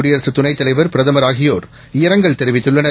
குடியரசுதுணைத்தலைவர் பிரதமர்ஆகியோர்இரங்கல்தெரிவித்துள்ளனர்